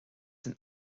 den